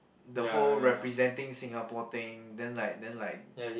the whole representing Singapore thing then like then like